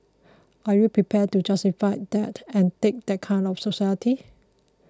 are you prepared to justify that and take that kind of society